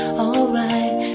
alright